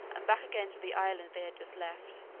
and back again to the island they had just left.